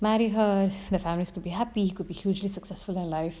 marry her the family could be happy you could be hugely successful in life